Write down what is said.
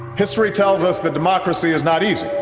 history tells us that democracy is not easy.